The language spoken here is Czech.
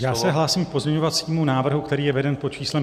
Já se hlásím k pozměňovacímu návrhu, který je veden pod číslem 5430.